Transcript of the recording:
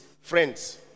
friends